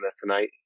tonight